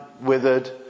withered